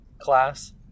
class